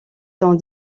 sont